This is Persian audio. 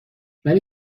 ولی